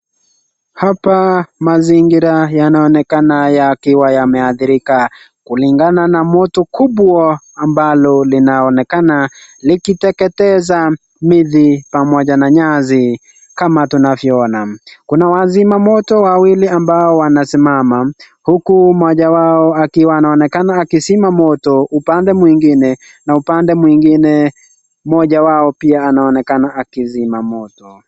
Hapa mazingira yanaonekana yakiwa yameadhirika kulingana na moto kubwa ambalo linaonekana likiteketeza miti pamoja na nyasi, kuna wazima moto wawili ambao wanasimama huku mmoja wao akiwa anaonekana akizima moto na upande mwingine pia akizima moto.